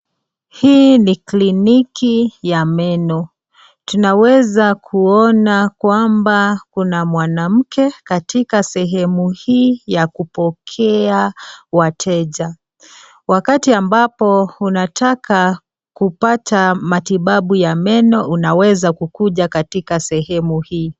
Hii ni kliniki ya meno. Tunaweza kuona kwamba kuna mwanamke katika sehemu hii ya kupokea wateja. Wakati ambapo unataka kupata matibabu ya meno unaweza kukuja katika sehemu hii.